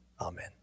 Amen